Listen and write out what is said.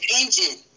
engine